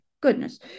goodness